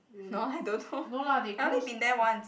no I don't know I only been there once